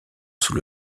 sous